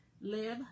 live